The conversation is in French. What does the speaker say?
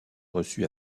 reçu